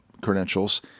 credentials